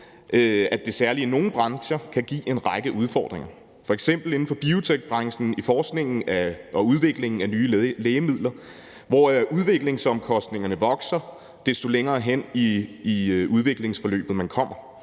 at det særlig i nogle brancher kan give en række udfordringer, f.eks. inden for biotekbranchen, i forskningen og udviklingen af nye lægemidler, hvor udviklingsomkostningerne vokser, desto længere hen i udviklingsforløbet man kommer,